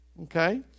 Okay